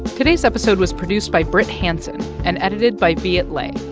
today's episode was produced by brit hanson and edited by viet le.